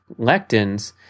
lectins